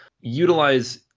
utilize